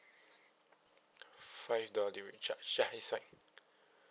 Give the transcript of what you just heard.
five dollar delivery charge ya it's alright